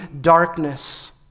darkness